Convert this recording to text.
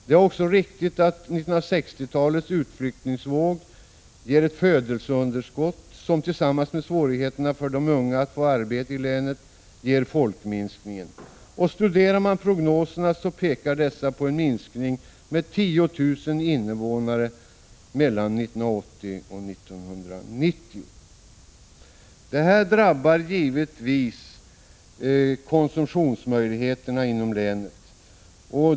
Det är också riktigt att 1960-talets utflyttningsvåg ger ett födelseunderskott. som tillsammans med svårigheterna för de unga att få arbete i länet ger folkminskningen. Studerar man prognoserna, finner man att dessa pekar på en minskning med 10 000 invånare mellan 1980 och 1990. Detta drabbar givetvis konsumtionsmöjligheterna inom länet.